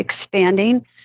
expanding